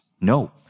No